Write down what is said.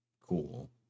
cool